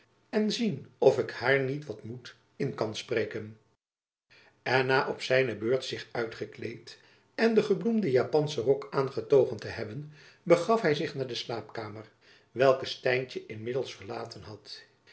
en zien of ik haar niet wat moed in kan spreken en na op zijne beurt zich uitgekleed en den gebloemden japanschen rok aangetogen te hebben begaf hy zich naar de slaapkamer welke stijntjen inmiddels verlaten had